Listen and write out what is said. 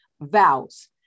vows